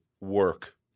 work